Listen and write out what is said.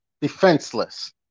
defenseless